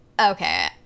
okay